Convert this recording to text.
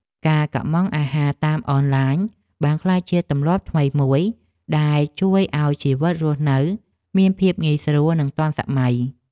ការកម្ម៉ង់អាហារតាមអនឡាញបានក្លាយជាទម្លាប់ថ្មីមួយដែលជួយឱ្យជីវិតរស់នៅមានភាពងាយស្រួលនិងទាន់សម័យ។